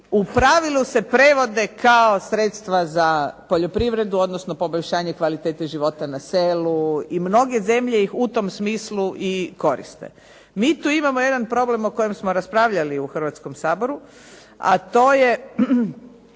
u pravilu se prevode kao sredstva za poljoprivredu odnosno poboljšanje kvalitete života na selu i mnoge zemlje ih u tom smislu i koriste. Mi tu imamo jedan problem o kojem smo raspravljali u Hrvatskom saboru a to je